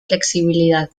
flexibilidad